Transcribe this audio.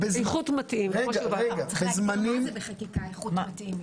אי אפשר לכתוב בחקיקה איכות מתאים.